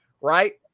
right